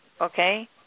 okay